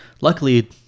luckily